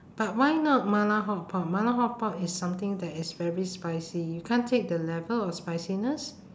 but why not mala hotpot mala hotpot is something that is very spicy you can't take the level of spiciness